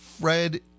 Fred